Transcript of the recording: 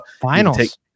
Finals